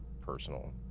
personal